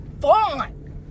fun